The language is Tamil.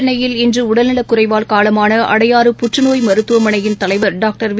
சென்னையில் இன்றுஉடல்நலக்குறைவால் காலமானஅடையாறு புற்றுநோய் மருத்துவமனையின் தலைவர் டாக்டர் வி